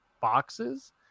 boxes